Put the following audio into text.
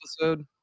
episode